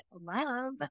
love